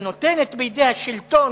היא נותנת בידי השלטון,